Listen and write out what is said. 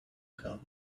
gone